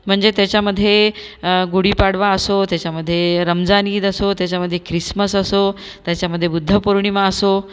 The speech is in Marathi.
म्हणजे त्याच्यामध्ये गुढीपाडवा असो त्याच्यामधे रमजान ईद असो त्याच्यामध्ये ख्रिसमस असो त्याच्यामध्ये बुद्धपौर्णिमा असो